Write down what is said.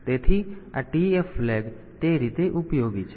તેથી આ TF flag તે રીતે ઉપયોગી છે